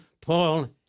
Paul